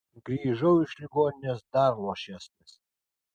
grįžau iš ligoninės dar luošesnis